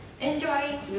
Enjoy